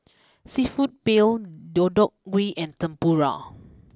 Seafood Paella Deodeok Gui and Tempura